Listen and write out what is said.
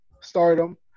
stardom